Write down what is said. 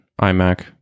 iMac